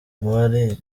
mubari